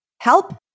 help